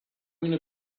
gonna